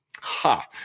Ha